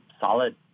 solid